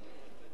ולכן,